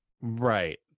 Right